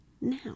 now